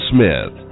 Smith